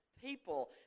people